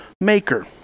maker